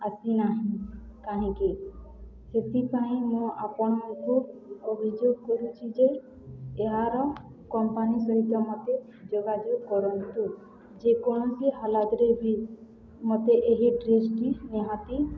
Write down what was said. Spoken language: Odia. ଆସିନାହିଁ କାହିଁକି ସେଥିପାଇଁ ମୁଁ ଆପଣଙ୍କୁ ଅଭିଯୋଗ କରୁଛି ଯେ ଏହାର କମ୍ପାନୀ ସହିତ ମୋତେ ଯୋଗାଯୋଗ କରନ୍ତୁ ଯେକୌଣସି ହାଲାତରେ ବି ମୋତେ ଏହି ଡ୍ରେସ୍ଟି ନିହାତି